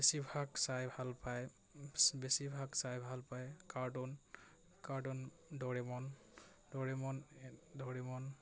বেছিভাগ চাই ভাল পায় বেছিভাগ চাই ভাল পায় cartoon cartoon Doraemon Doraemon Doraemon